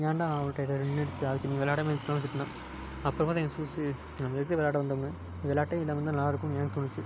ஏன்டா அவன்கிட்ட் ஆயிவிட்ட ரன் அடித்த அதுக்கு நீ விளையாடமயே வச்சுருக்கலாம்ன்னு திட்டுனா அப்புறமா தான் எனக்கு நம்ப எதுக்கு விளையாட வந்தோம்ன்னு விளையாட்டே இல்லாமல் இருந்தால் நல்லா இருக்கும்ன்னு எனக்கு தோணுச்சு